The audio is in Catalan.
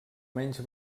menys